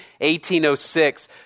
1806